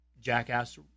jackass